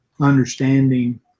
understanding